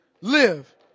live